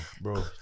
bro